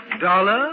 Dollar